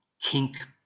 kink